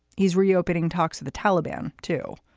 he's reopening talks with the taliban, too.